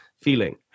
feeling